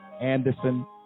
Anderson